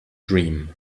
dream